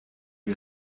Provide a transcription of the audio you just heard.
wir